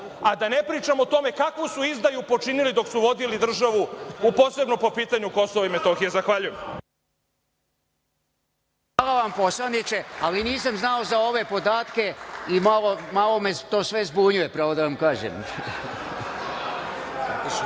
a da ne pričam o tome kakvu su izdaju počinili dok su vodili državu, posebno po pitanju Kosova i Metohije. Zahvaljujem. **Stojan Radenović** Hvala vam poslaniče, ali nisam znao za ove podatke i malo me to sve zbunjuje, pravo da vam kažem. Reč